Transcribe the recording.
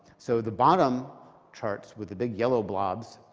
so the bottom charts with the big yellow blobs,